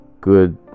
good